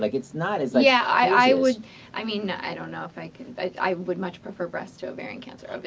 like it's not as, like phases. yeah, i i would i mean. i don't know if i could i would much prefer breast to ovarian cancer. oh,